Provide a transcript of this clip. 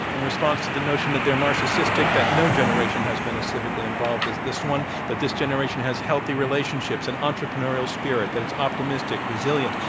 in response to the notion that they're narcissistic, that no generation has been as civically involved as this one, that this generation has healthy relationships and entrepreneurial spirit, that it's optimistic, resilient.